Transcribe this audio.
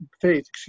faith